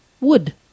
Wood